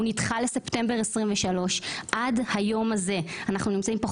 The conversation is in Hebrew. הוא נדחה לספטמבר 2023. עד היום הזה,